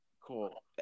cool